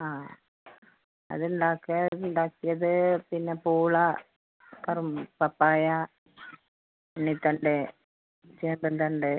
ആ അത് ഉണ്ടാക്കാൻ ഉണ്ടാക്കിയത് പിന്നെ പൂള കറും പപ്പായ ഉള്ളിത്തണ്ട് ചേമ്പിൻ തണ്ട്